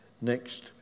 next